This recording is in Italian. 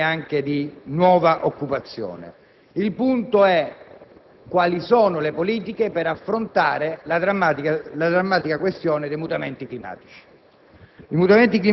con occasioni anche di nuova occupazione. Il punto è: quali sono le politiche per affrontare la drammatica questione dei mutamenti climatici?